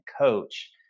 coach